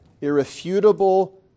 irrefutable